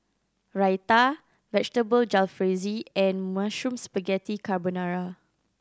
Raita Vegetable Jalfrezi and Mushroom Spaghetti Carbonara